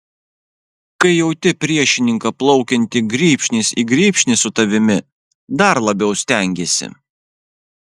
kai jauti priešininką plaukiantį grybšnis į grybšnį su tavimi dar labiau stengiesi